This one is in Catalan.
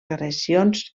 agressions